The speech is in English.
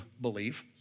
believe